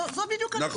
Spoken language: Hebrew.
זו בדיוק הנקודה.